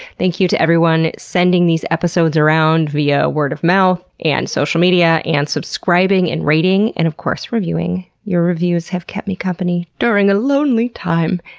thank you to everyone sending these episodes around via word of mouth, and social media, and subscribing, and rating and, of course, reviewing. your reviews have kept me company during lonely time,